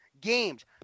games